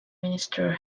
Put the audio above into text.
minister